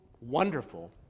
wonderful